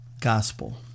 gospel